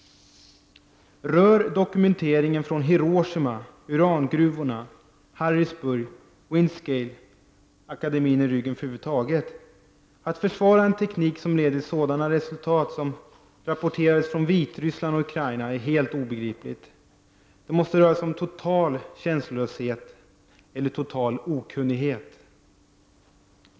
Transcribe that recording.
Rör dokumenteringen från Hiroshima, urangruvorna, Harrisburg, Windscale akademien i ryggen över huvud taget? Att försvara en teknik som leder till sådana resultat som rapporteras från Vitryssland och Ukraina är helt obegripligt. Det måste röra sig om total känslolöshet eller total okunnighet.